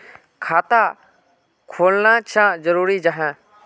खाता खोलना चाँ जरुरी जाहा?